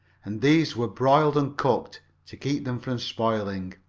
and these were broiled and cooked, to keep them from spoiling.